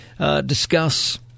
discuss